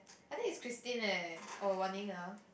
I think is Christine leh or wan ning ah